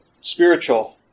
spiritual